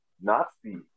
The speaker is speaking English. Nazi